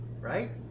right